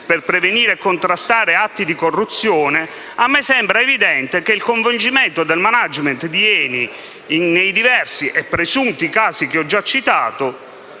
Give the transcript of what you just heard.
per prevenire e contrastare atti di corruzione, a me sembra evidente che il coinvolgimento del *management* di ENI, nei diversi e presunti casi che ho già citato,